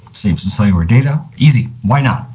save some cellular data. easy. why not?